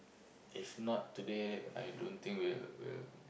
if not today I don't think will will